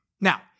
Now